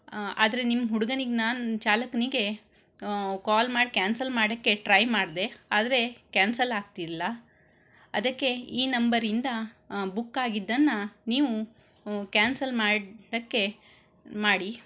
ಆದರೆ ನಿಮ್ಮ ಹುಡ್ಗನಿಗೆ ನಾನು ಚಾಲಕನಿಗೆ ಕಾಲ್ ಮಾಡಿ ಕ್ಯಾನ್ಸಲ್ ಮಾಡೋಕ್ಕೆ ಟ್ರೈ ಮಾಡಿದೆ ಆದರೆ ಕ್ಯಾನ್ಸಲ್ ಆಗ್ತಿಲ್ಲ ಅದಕ್ಕೆ ಈ ನಂಬರಿಂದ ಬುಕ್ಕಾಗಿದ್ದನ್ನು ನೀವು ಕ್ಯಾನ್ಸಲ್ ಮಾಡೋಕ್ಕೆ ಮಾಡಿ